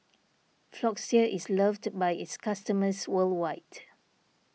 Floxia is loved by its customers worldwide